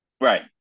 Right